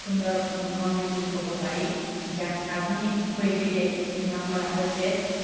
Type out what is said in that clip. সুন্দৰ মন্দিৰ বুলি ক'ব পাৰি যাক আধুনিক শৈলীৰে নিৰ্মাণ কৰা হৈছে